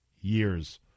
years